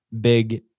big